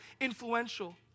influential